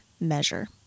measure